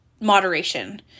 moderation